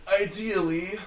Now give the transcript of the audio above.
ideally